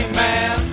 man